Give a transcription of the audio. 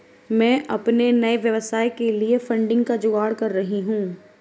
मैं अपने नए व्यवसाय के लिए फंडिंग का जुगाड़ कर रही हूं